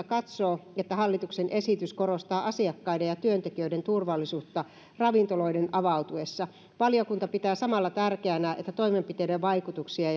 katsoo että hallituksen esitys korostaa asiakkaiden ja työntekijöiden turvallisuutta ravintoloiden avautuessa valiokunta pitää samalla tärkeänä että toimenpiteiden vaikutuksia